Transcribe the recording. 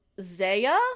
Zaya